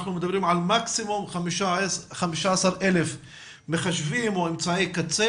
אנחנו מדברים על מקסימום 15,000 מחשבים או אמצעי קצה